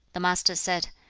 the master said,